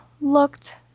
looked